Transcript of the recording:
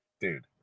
dude